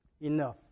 enough